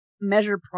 measure